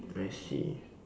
I see